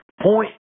point